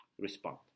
Respond